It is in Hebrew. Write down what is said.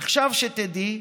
עכשיו שתדעי,